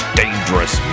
dangerous